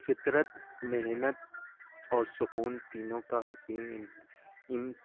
فطرت محنت اور سکون تینوں کا حسین